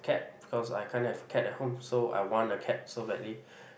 cat because I can't have cat at home so I want a cat so badly